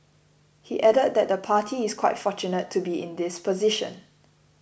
he added that the party is quite fortunate to be in this position